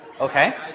Okay